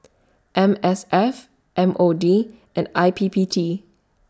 M S F M O D and I P P T